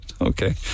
Okay